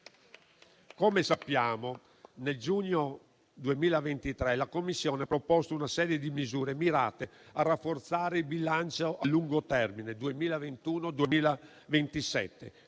Come sappiamo, nel giugno 2023 la Commissione ha proposto una serie di misure mirate a rafforzare il bilancio a lungo termine 2021-2027.